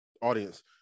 audience